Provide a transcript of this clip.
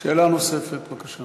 שאלה נוספת, בבקשה.